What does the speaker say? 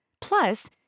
Plus